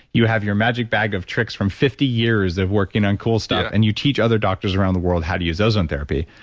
you have your magic bag of tricks from fifty years of working on cool stuff and you teach other doctors around the world how to use ozone therapy.